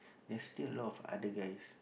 there's still a lot of other guys